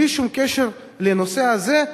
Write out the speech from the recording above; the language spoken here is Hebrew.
בלי שום קשר לנושא הזה,